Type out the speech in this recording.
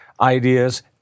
ideas